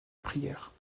prière